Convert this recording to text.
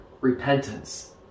repentance